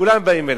כולם באים אלי,